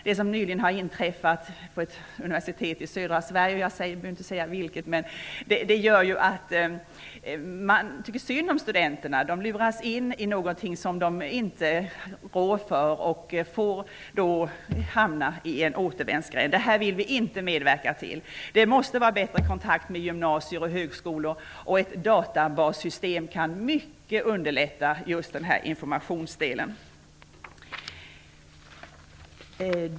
Det som nyligen inträffade vid ett universitet i södra Sverige -- jag behöver inte säga vilket -- gör att man tycker synd om studenterna. De luras in i någonting som de inte råder över och hamnar i en återvändsgränd. Detta vill vi inte medverka till. Kontakten mellan gymnasier och högskolor måste bli bättre. Ett databassystem kan starkt underlätta just för denna informationsdel.